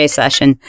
session